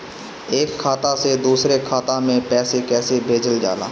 एक खाता से दुसरे खाता मे पैसा कैसे भेजल जाला?